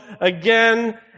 again